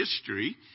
history